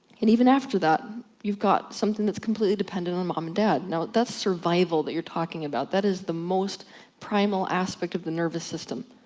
and even after that, you've got something that's completely dependent on mom and dad. now, that's survival that you're talking about. that is the most primal aspect of the nervous system.